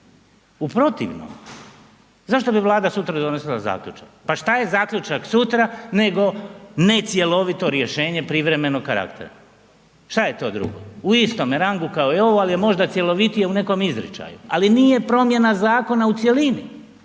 U protivnom zašto bi Vlada sutra donosila zaključak? Pa je zaključak sutra nego necjelovito rješenje privremenog karaktera, šta je to drugo, u istome rangu kao i ovo, ali je možda cjelovitije u nekom izričaju, ali nije promjena zakona u cjelini,